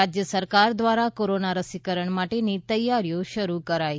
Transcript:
ઃ રાજ્ય સરકાર દ્વારા કોરોના રસીકરણ માટેની તૈયારીઓ શરૂ કરાઇ